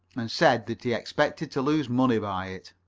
and said that he expected to lose money by it.